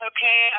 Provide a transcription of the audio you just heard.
Okay